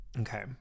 Okay